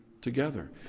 together